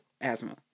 asthma